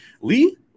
Lee